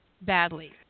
Badly